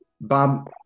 Bob